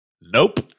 Nope